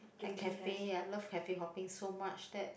at cafe I love cafe hopping so much that